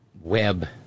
web